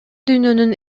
дүйнөнүн